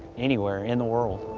anywhere in the world.